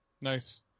Nice